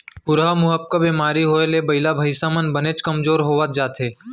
खुरहा मुहंपका बेमारी होए ले बइला भईंसा मन बनेच कमजोर होवत जाथें